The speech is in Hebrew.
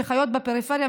שחיות בפריפריה,